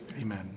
Amen